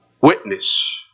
Witness